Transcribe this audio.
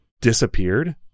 disappeared